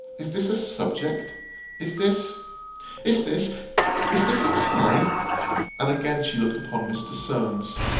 is this a subject is this is this is this a time and again she looked upon mr. solmes.